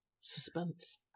Suspense